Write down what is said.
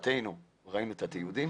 לשמחתנו ראינו את התיעוד של הדברים